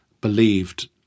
believed